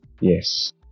yes